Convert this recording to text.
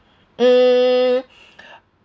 mm